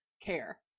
care